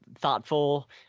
thoughtful